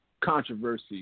controversy